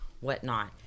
whatnot